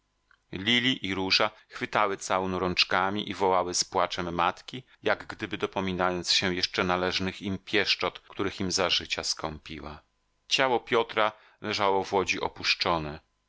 lili i róża chwytały całun rączkami i wołały z płaczem matki jak gdyby dopominając się jeszcze należnych im pieszczot których im za życia skąpiła ciało piotra leżało w łodzi opuszczone